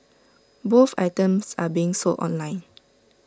both items are being sold online